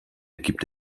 gibt